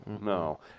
no